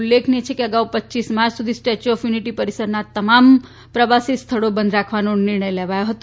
ઉલ્લેખનીય છે કે અગાઉ રપ માર્ચ સુધી સ્ટેચ્યુ ઓફ યુનીટી પરીસરના તમામ પ્રવાસી સ્થળી બધ રાખવાનો નિર્ણય લેવાયો હતો